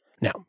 Now